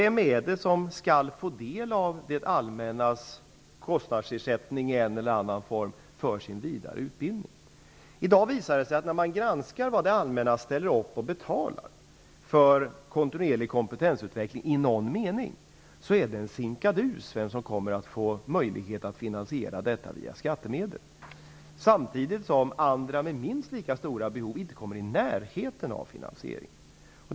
Vem skall få del av det allmännas kostnadsersättning för sin vidare utbildning? När man i dag granskar vad det allmänna ställer upp och betalar när det gäller kontinuerlig kompetensutveckling i någon mening finner man att det är en sinkadus vem som får möjlighet att finansiera detta via skattemedel. Samtidigt kommer andra med minst lika stora behov inte i närheten av en finansiering. Herr talman!